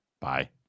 Bye